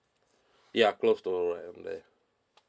ya close to I'm there